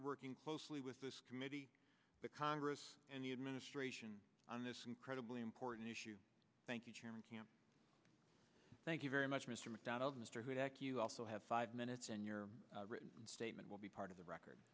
to working closely with this committee the congress and the administration on this incredibly important issue thank you chairman camp thank you very much mr mcdonald mr hu that you also have five minutes and your written statement will be part of the record